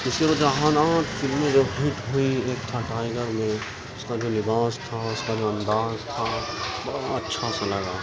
اس کی رجحانات فلم میں جب بھی کوئی ایک تھا ٹائیگر میں اس کا جو لباس تھا اس کا جو انداز تھا بڑا اچھا سا لگا